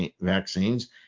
vaccines